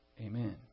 Amen